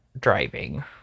driving